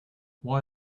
why